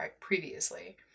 previously